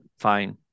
fine